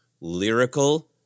lyrical